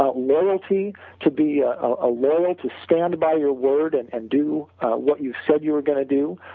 ah loyalty to be a loyal to stand by your word, and and do what you said you were going to do,